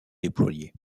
déployés